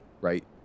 Right